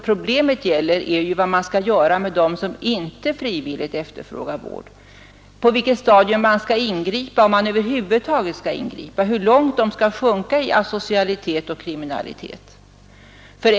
Problemet är ju vad man skall göra med dem som inte frivilligt efterfrågar vård, på vilket stadium man skall ingripa, om man över huvud taget skall ingripa, hur långt de skall tillåtas sjunka i asocialitet och kriminalitet.